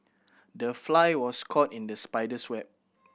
the fly was caught in the spider's web